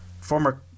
former